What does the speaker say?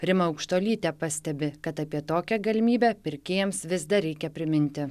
rima aukštuolytė pastebi kad apie tokią galimybę pirkėjams vis dar reikia priminti